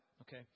Okay